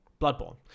Bloodborne